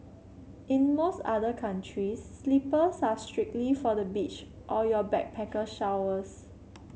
in most other countries slippers are strictly for the beach or your backpacker showers